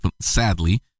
sadly